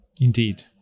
Indeed